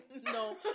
No